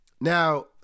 Now